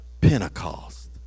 Pentecost